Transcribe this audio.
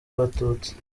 abatutsi